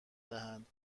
دهند